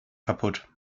kaputt